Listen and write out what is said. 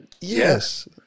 Yes